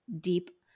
deep